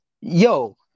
yo